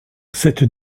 cette